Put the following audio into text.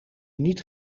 niet